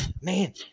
man